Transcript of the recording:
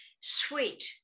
sweet